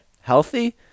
Healthy